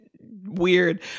weird